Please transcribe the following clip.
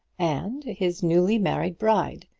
and his newly-married bride,